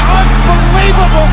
unbelievable